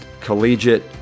collegiate